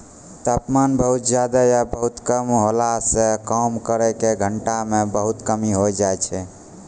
तापमान बहुत ज्यादा या बहुत कम होला सॅ काम करै के घंटा म बहुत कमी होय जाय छै